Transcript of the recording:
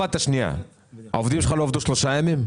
העובדים שלך לא עבדו שלושה ימים,